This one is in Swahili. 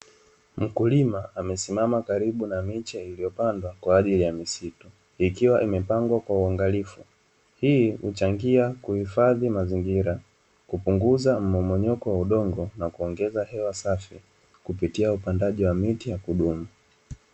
Mkulima amesimama karibu na miche iliyopandwa kwa ajili ya misitu ikiwa imepangwa kwa uangalifu hii huchangia kuhifadhi mazingira, kupunguza mmomonyoko wa udongo na kuongeza hewa safi kupitia upandaji wa miti na kilimo.